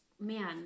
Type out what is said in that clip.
man